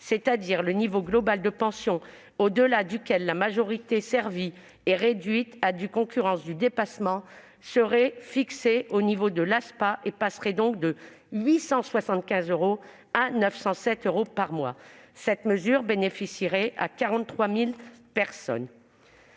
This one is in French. c'est-à-dire le niveau global de pension au-delà duquel la majoration servie est réduite à due concurrence du dépassement, serait fixé au niveau de l'ASPA et passerait donc de 875 euros à 907 euros par mois. Cette mesure bénéficierait à 43 000 personnes.